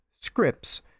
scripts